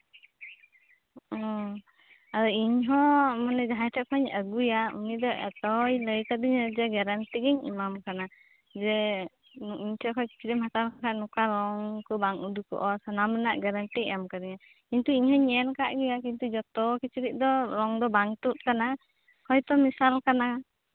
ᱚ ᱤᱧ ᱦᱚᱸ ᱢᱟᱱᱮ ᱡᱟᱦᱟᱸᱭ ᱴᱷᱮᱡ ᱠᱷᱚᱱᱤᱧ ᱟᱹᱜᱩᱭᱟ ᱩᱱᱤ ᱫᱚ ᱮᱛᱚᱭ ᱞᱟᱹᱭ ᱠᱟᱫᱤᱧᱟ ᱡᱮ ᱜᱮᱨᱮᱱᱴᱤ ᱜᱮᱧ ᱮᱢᱟᱢ ᱠᱟᱱᱟ ᱡᱮ ᱤᱧ ᱴᱷᱮᱡ ᱠᱷᱚᱡ ᱠᱤᱪᱨᱤᱡ ᱮᱢ ᱦᱟᱛᱟᱣ ᱠᱷᱟᱡ ᱱᱚᱝᱠᱟ ᱨᱚᱝ ᱠᱚ ᱵᱟᱝ ᱩᱰᱩᱠᱚᱜᱼᱟ ᱥᱟᱱᱟᱢ ᱨᱮᱱᱟᱜ ᱜᱮᱨᱮᱱᱴᱤᱭ ᱮᱢ ᱠᱟᱫᱤᱧᱟ ᱠᱤᱱᱛᱩ ᱤᱧᱤᱧ ᱧᱮᱞ ᱠᱟᱜ ᱜᱮᱭᱟ ᱠᱤᱱᱛᱩ ᱡᱚᱛᱚ ᱠᱤᱪᱨᱤᱪ ᱫᱚ ᱨᱚᱝ ᱚ ᱵᱟᱝ ᱛᱩᱫ ᱟᱠᱟᱱᱟ ᱦᱳᱭᱛᱳ ᱢᱮᱥᱟᱞ ᱟᱠᱟᱱᱟ